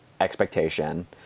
expectation